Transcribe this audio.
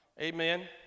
Amen